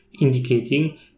indicating